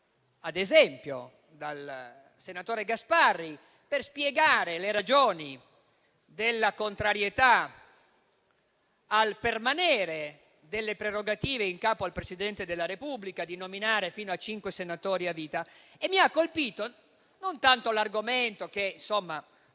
fatto dal senatore Gasparri per spiegare le ragioni della contrarietà al permanere delle prerogative, in capo al Presidente della Repubblica, di nominare fino a cinque senatori a vita. Mi ha colpito non tanto l'argomento (che è